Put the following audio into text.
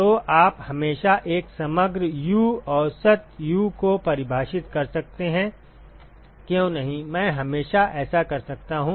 तो आप हमेशा एक समग्र U औसत U को परिभाषित कर सकते हैं क्यों नहीं मैं हमेशा ऐसा कर सकता हूं